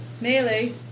Nearly